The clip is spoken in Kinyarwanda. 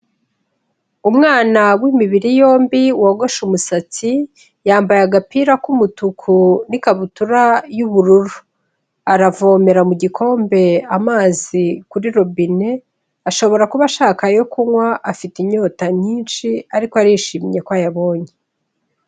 Umwana w'imibiri yombi wogoshe umusatsi yambaye agapira k'umutuku n'ikabutura y'ubururu, aravomera mu gikombe amazi kuri robine, ashobora kuba ashaka ayo kunywa afite inyota nyinshi ariko arishimye ko ayabonye.